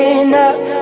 enough